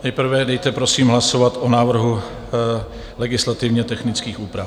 Nejprve dejte, prosím, hlasovat o návrhu legislativně technických úprav.